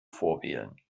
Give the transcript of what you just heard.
vorwählen